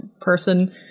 person